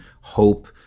hope